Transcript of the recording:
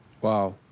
Wow